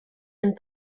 and